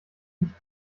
nicht